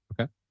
okay